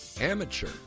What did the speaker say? Amateur